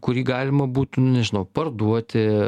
kurį galima būtų nežinau parduoti